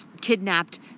kidnapped